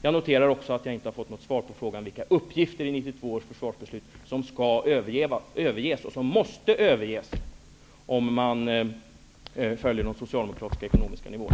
Jag noterar också att jag inte har fått något svar på frågan om vilka uppgifter i 1992 års försvarsbeslut som måste överges för att det skall vara möjligt att följa de socialdemokratiska anslagsnivåerna.